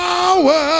Power